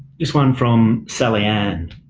this one from zoey ah and